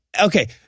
okay